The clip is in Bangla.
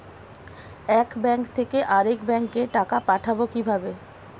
এক ব্যাংক থেকে আরেক ব্যাংকে টাকা পাঠাবো কিভাবে?